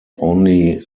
only